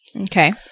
Okay